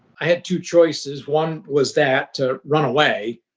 i had two choices. one was that to run away.